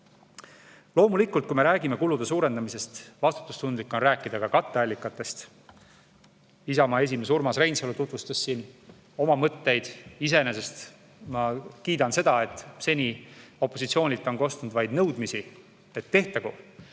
Loomulikult, kui me räägime kulude suurendamisest, siis vastutustundlik on rääkida ka katteallikatest. Isamaa esimees Urmas Reinsalu tutvustas siin oma mõtteid. Iseenesest ma kiidan seda, et seni on opositsioonilt kostnud vaid nõudmisi, et tehtagu,